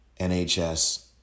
NHS